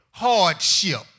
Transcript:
Hardship